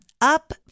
Up